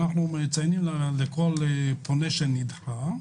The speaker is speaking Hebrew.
אנחנו מציינים לכל פונה שנדחה,